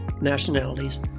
nationalities